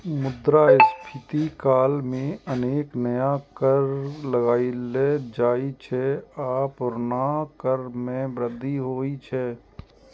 मुद्रास्फीति काल मे अनेक नया कर लगाएल जाइ छै आ पुरना कर मे वृद्धि होइ छै